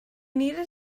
needed